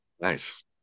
nice